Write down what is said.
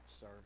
sir